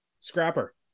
scrapper